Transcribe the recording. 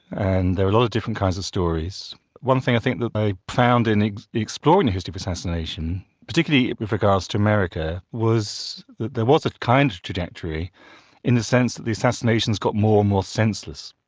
and there are a lot of different kinds of stories one thing i think that they found in exploring the history of assassination, particularly with regards to america, was there was a kind of trajectory in the sense that the assassinations got more and more senseless.